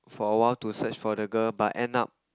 for awhile to search for the girl but end up